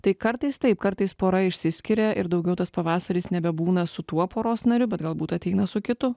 tai kartais taip kartais pora išsiskiria ir daugiau tas pavasaris nebebūna su tuo poros narių bet galbūt ateina su kitu